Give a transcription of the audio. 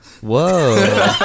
Whoa